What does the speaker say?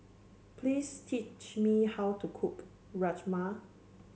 please teach me how to cook Rajma